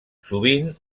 sovint